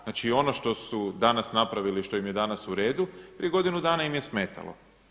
Znači ono što su danas napravili, što im je danas uredu, prije godinu dana im je smetalo.